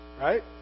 right